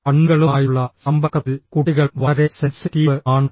കണ്ണുകളുമായുള്ള സമ്പർക്കത്തിൽ കുട്ടികൾ വളരെ സെൻസിറ്റീവ് ആണ്